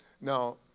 Now